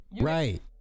Right